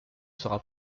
sera